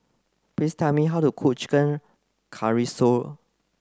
please tell me how to cook Chicken